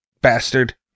bastard